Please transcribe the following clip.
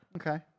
Okay